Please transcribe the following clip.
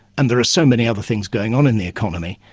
and there are so many other things going on in the economy,